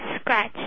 Scratch